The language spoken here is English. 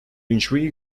intrigue